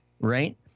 right